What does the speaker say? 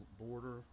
border